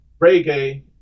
Reggae